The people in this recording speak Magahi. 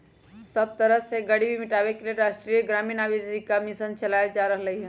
सब तरह से गरीबी मिटाबे के लेल राष्ट्रीय ग्रामीण आजीविका मिशन चलाएल जा रहलई ह